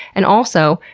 and also,